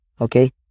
Okay